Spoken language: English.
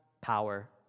power